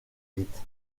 rites